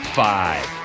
five